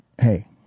hey